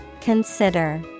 Consider